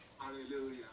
hallelujah